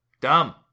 Dumb